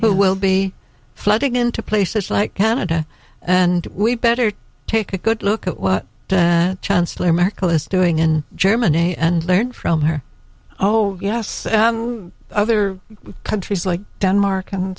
who will be flooding into places like canada and we better take a good look at what chancellor merkel is doing in germany and learn from her oh yes other countries like denmark and